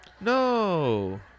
No